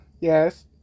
Yes